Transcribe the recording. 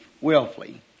willfully